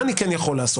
מה אני כן יכול לעשות?